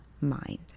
mind